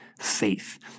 faith